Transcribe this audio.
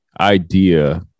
idea